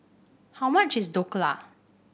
how much is Dhokla